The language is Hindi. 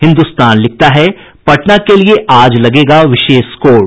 हिन्द्रस्तान लिखता है पटना के लिये आज लगेगा विशेष कोर्ट